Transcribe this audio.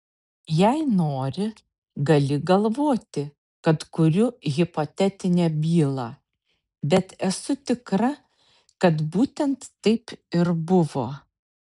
jei nori gali galvoti kad kuriu hipotetinę bylą bet esu tikra kad būtent taip ir buvo